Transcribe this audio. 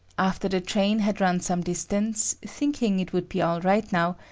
after the train had run some distance, thinking it would be all right now,